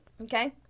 okay